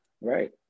right